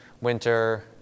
winter